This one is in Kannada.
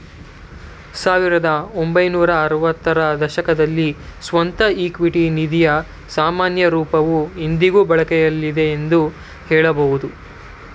ಸಾವಿರದ ಒಂಬೈನೂರ ಆರವತ್ತ ರ ದಶಕದಲ್ಲಿ ಸ್ವಂತ ಇಕ್ವಿಟಿ ನಿಧಿಯ ಸಾಮಾನ್ಯ ರೂಪವು ಇಂದಿಗೂ ಬಳಕೆಯಲ್ಲಿದೆ ಎಂದು ಹೇಳಬಹುದು